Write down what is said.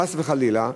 חס וחלילה,